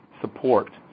support